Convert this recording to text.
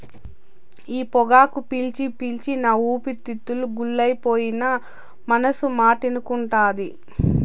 ఈ పొగాకు పీల్చి పీల్చి నా ఊపిరితిత్తులు గుల్లైపోయినా మనసు మాటినకుంటాంది